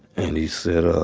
and he said, ah